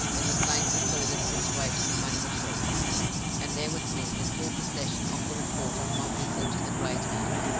in the same secluded situation among the trees and there was miss in full possession of the report of my visit to the great house,